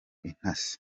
intasi